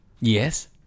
Yes